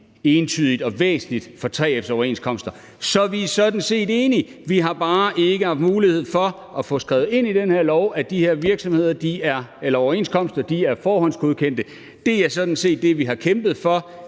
entydigt og væsentligt fra 3F's overenskomster. Så vi er sådan set enige. Vi har bare ikke haft mulighed for at få skrevet ind i det her lovforslag, at de her overenskomster er forhåndsgodkendte. Det er sådan set det, vi har kæmpet for